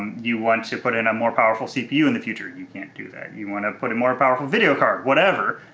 you want to put in a more powerful cpu in the future, you can't do that. you want to put in a more powerful video card, whatever,